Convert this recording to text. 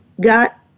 got